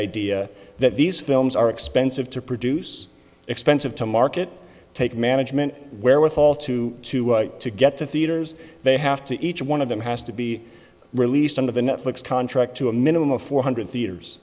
idea that these films are expensive to produce expensive to market take management where with all to to get to theaters they have to each one of them has to be released under the netflix contract to a minimum of four hundred theaters